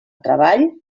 treball